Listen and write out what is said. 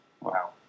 Wow